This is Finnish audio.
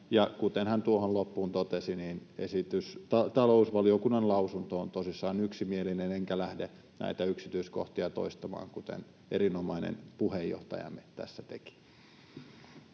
kuten hän tuohon loppuun totesi, niin talousvaliokunnan lausunto on tosissaan yksimielinen. Enkä lähde toistamaan näitä yksityiskohtia, mitä erinomainen puheenjohtajamme tässä esitti.